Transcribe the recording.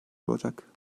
olacak